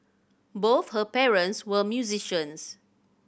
both her parents were musicians